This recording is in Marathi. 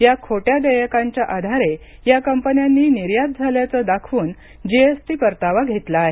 या खोट्या देयकांच्या आधारे या कंपन्यांनी निर्यात झाल्याचे दाखवून जीएसटी परतावा घेतला आहे